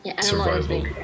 survival